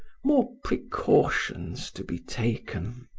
more precautions to be taken.